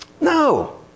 no